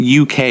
UK